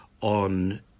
on